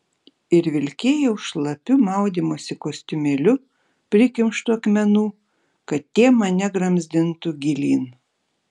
ir vilkėjau šlapiu maudymosi kostiumėliu prikimštu akmenų kad tie mane gramzdintų gilyn